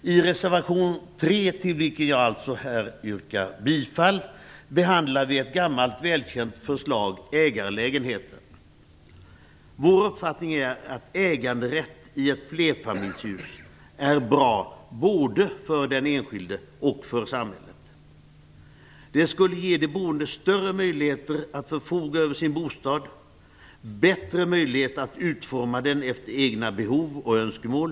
I reservation 3, som jag här yrkar bifall till, behandlar vi ett gammalt välkänt förslag. Det handlar om ägarlägenheter. Vår uppfattning är att äganderätt i ett flerfamiljshus är bra både för den enskilde och för samhället. Det ger de boende större möjligheter att förfoga över sin bostad och utforma den efter egna behov och önskemål.